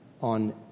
on